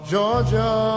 Georgia